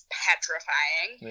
petrifying